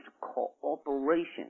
cooperation